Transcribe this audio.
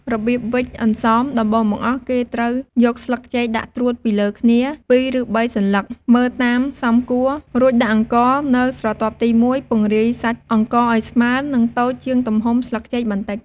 របៀបវេច «អន្សម» ដំបូងបង្អស់គេត្រូវយកស្លឹកចេកដាក់ត្រួតពីលើគ្នា ពីរ ឬបីសន្លឹក មើលតាមសមគួរ រួចដាក់អង្ករនៅស្រទាប់ទីមួយ ពង្រាយសាច់អង្ករឱ្យស្មើ និងតូចជាងទំហំស្លឹកចេកបន្តិច ។